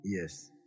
Yes